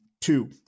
Two